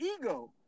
ego